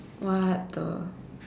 what the